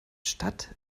stadt